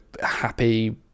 happy